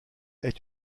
est